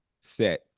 set